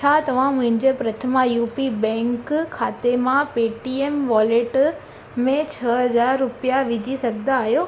छा तव्हां मुंहिंजे प्रथमा यूपी बैंक खाते मां पेटीएम वॉलेट में छह हज़ार रुपया विझी सघंदा आहियो